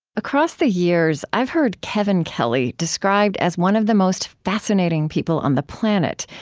across the years, i've heard kevin kelly described as one of the most fascinating people on the planet.